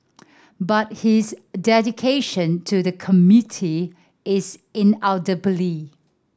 but his dedication to the community is